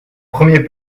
premier